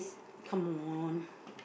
come on